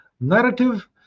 narrative